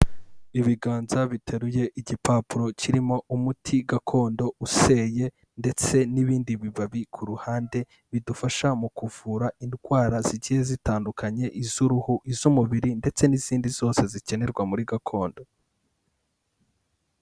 Ibiganza biteruye igipapuro kirimo umuti gakondo, useye ndetse n'ibindi bibabi ku ruhande, bidufasha mu kuvura indwara zigiye zitandukanye, iz'uruhu iz'umubiri ndetse n'izindi zose zikenerwa muri gakondo.